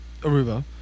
Aruba